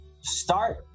Start